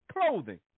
clothing